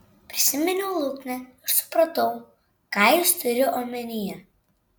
prisiminiau luknę ir supratau ką jis turi omenyje